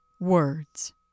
words